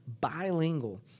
bilingual